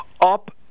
up